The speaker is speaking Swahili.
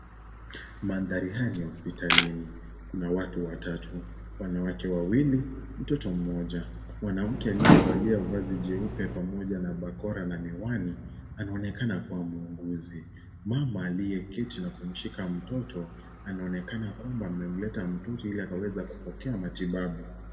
Mandhari haya ni ya hospitalini. Kuna watu watatu, wanawake wawili, mtoto mmoja. Mwanamke aliyevalia vazi jeupe, pamoja na bakora na miwani, anaonekana kuwa muuguzi. Mama aliyeketi na kumshika mtoto, anaonekana kwamba amemleta mtoto ili akaweza kupokea matibabu.